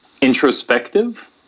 introspective